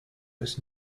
was